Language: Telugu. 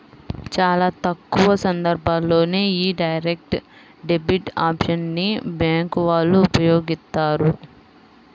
చాలా తక్కువ సందర్భాల్లోనే యీ డైరెక్ట్ డెబిట్ ఆప్షన్ ని బ్యేంకు వాళ్ళు ఉపయోగిత్తారు